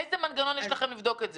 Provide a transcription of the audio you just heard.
איזה מנגנון יש לכם לבדוק את זה?